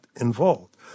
involved